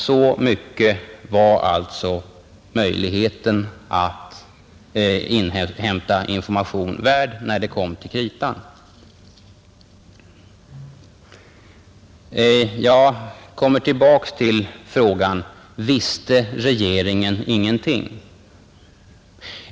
Så mycket var alltså möjligheten att inhämta information värd när det kom till kritan. Jag kommer tillbaka till frågan: Visste regeringen ingenting?